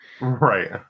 Right